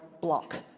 block